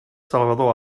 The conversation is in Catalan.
salvador